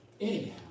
Anyhow